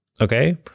okay